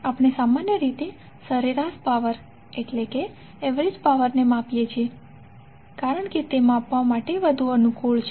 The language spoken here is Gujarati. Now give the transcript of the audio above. આપણે સામાન્ય રીતે સરેરાશ પાવર ને માપીએ છીએ કારણ કે તે માપવા માટે વધુ અનુકૂળ છે